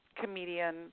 comedian